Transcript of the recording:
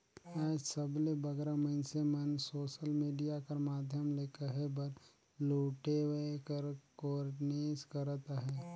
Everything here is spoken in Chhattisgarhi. आएज सबले बगरा मइनसे मन सोसल मिडिया कर माध्यम ले कहे बर लूटे कर कोरनिस करत अहें